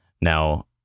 Now